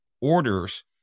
orders